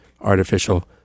artificial